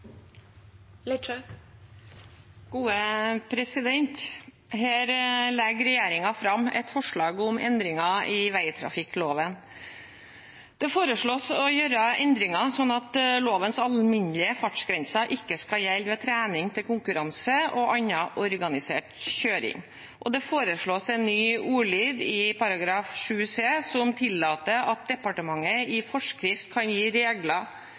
Her legger regjeringen fram et forslag om endringer i vegtrafikkloven. Det foreslås å gjøre endringer slik at lovens alminnelige fartsgrense ikke skal gjelde ved trening til konkurranse og annen organisert kjøring, og det foreslås en ny ordlyd i § 7 c, som tillater at departementet i forskrift kan gi regler